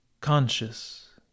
conscious